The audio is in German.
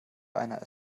einer